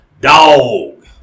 Dog